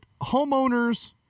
homeowners